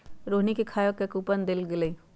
रोहिणी के खाए के कूपन देल गेलई